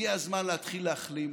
הגיע הזמן להתחיל להחלים.